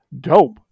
dope